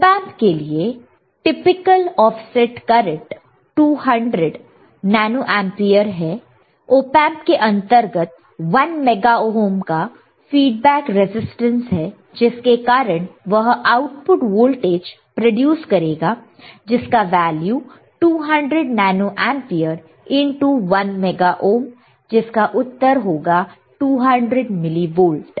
op amp के लिए typical offset current 200 nano ampere है ओपएंप के अंतर्गत 1 मेगा ओहम का फीडबैक रेजिस्टेंस है जिसके कारण वह आउटपुट वोल्टेज प्रोड्यूस करेगा जिसका value 200 nano ampere into 1 mega ohm जिसका उत्तर होगा 200 मिली वोल्ट होगा